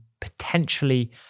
potentially